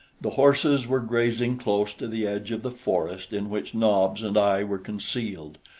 the horses were grazing close to the edge of the forest in which nobs and i were concealed,